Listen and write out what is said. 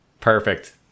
perfect